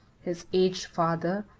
his aged father,